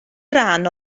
ran